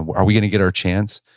are we going to get our chance?